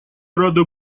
рада